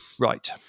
Right